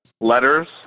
letters